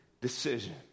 decision